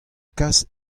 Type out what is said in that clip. kas